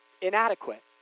inadequate